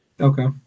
okay